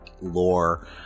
lore